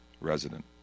resident